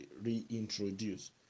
reintroduce